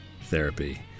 Therapy